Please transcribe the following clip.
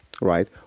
right